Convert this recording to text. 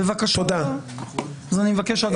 בבקשה, אני מבקש רשות